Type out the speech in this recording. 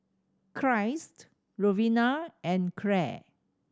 Christ Lovina and Clare